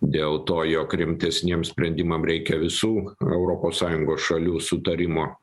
dėl to jog rimtesniem sprendimam reikia visų europos sąjungos šalių sutarimo